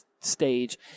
stage